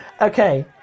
okay